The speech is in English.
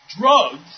drugs